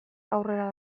aurrera